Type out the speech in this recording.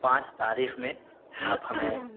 پانچ تاریخ میں آپ ہمیں